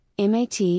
MAT